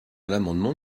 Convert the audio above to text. l’amendement